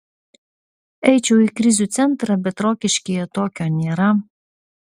eičiau į krizių centrą bet rokiškyje tokio nėra